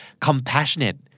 Compassionate